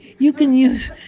you can use,